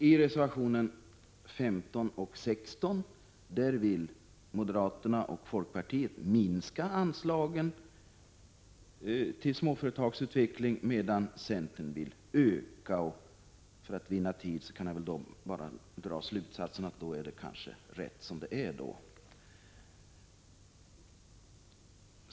I reservation 15 framför folkpartiet och moderaterna att de vill minska anslagen till småföretagsutveckling, medan centern vill öka dem, vilket de anför i reservation 16. För att vinna tid kan jag väl då bara dra slutsatsen att det är bra som det är.